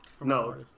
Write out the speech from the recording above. No